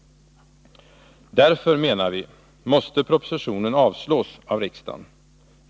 Därför, menar vi, måste propositionen avslås av riksdagen.